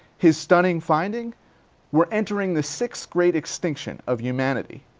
his stunning finding we're entering the sixth great extinction of humanity.